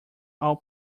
all